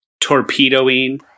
torpedoing